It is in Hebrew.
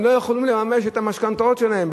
לא יוכלו לממש את המשכנתאות שלהם,